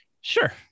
Sure